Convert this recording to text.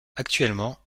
actuellement